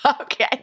Okay